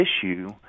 issue